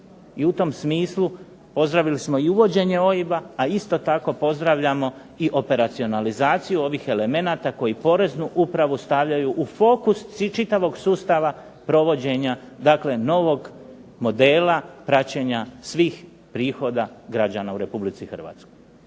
I u tom smislu pozdravili smo i uvođenje OIB-a, a isto tako pozdravljamo i operacionalizaciju ovih elemenata koji poreznu upravu stavljaju u fokus čitavog sustava provođenja, dakle novog modela praćenja svih prihoda građana u Republici Hrvatskoj.